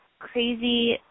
crazy